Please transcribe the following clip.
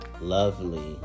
lovely